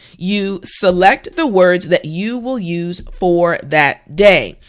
you select the words that you will use for that day,